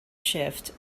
shift